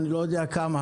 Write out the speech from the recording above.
אני לא יודע כמה.